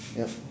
yup